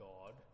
God